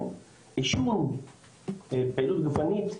עישון, פעילות גופנית,